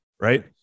right